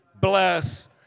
bless